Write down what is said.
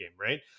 right